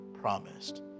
promised